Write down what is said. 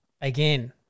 again